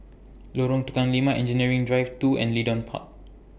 Lorong Tukang Lima Engineering Drive two and Leedon Park